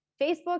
Facebook